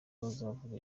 bazavuga